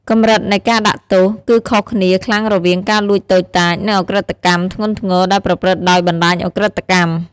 កម្រិតនៃការដាក់ទោស គឺខុសគ្នាខ្លាំងរវាងការលួចតូចតាច និងឧក្រិដ្ឋកម្មធ្ងន់ធ្ងរដែលប្រព្រឹត្តដោយបណ្តាញឧក្រិដ្ឋកម្ម។